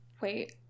Wait